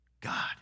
God